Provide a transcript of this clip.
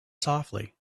softly